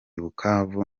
bukavu